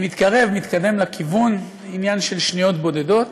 אני מתקרב, מתקדם לכיוון, עניין של שניות בודדות,